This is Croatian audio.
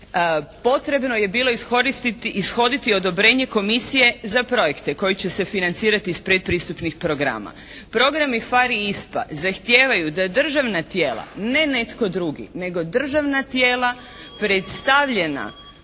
potrebno je bilo ishoditi odobrenje komisije za projekte koji će se financirati iz predpristupnih programa. Programi PHARE i ISPA zahtijevaju da državna tijela, ne netko drugi nego državna tijela predstavljena